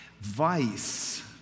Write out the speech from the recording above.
vice